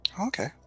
Okay